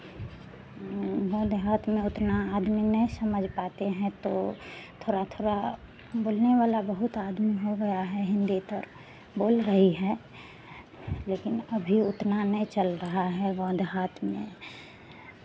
गँव देहात में उतना आदमी नहीं समझ पाते हैं तो थोड़ा थोड़ा बोलने वाला बहुत आदमी हो गया है हिन्दी तर बोल रही है लेकिन अभी उतना नहीं चल रहा है गँव देहात में